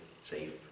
safe